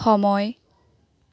সময়